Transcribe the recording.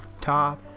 top